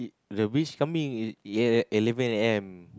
the beachcombing e~ eleven A_M